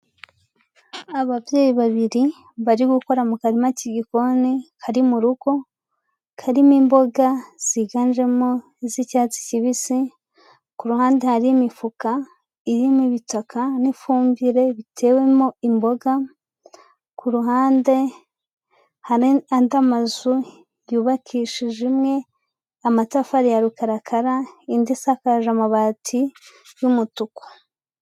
Ababyeyi babiri bari gukora mu karima k'igikoni kari mugo, karimo imboga ziganjemo z'icyatsi kibisi ku ruhande hari imifuka irimo ibitaka n'ifumbire bitewemo imboga, ku ruhande andi mazu yubakishije imwe amatafari ya rukarakara indi isakaje amabati y'umutuku.